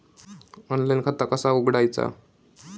Online खाता कसा उघडायचा?